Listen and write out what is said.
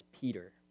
Peter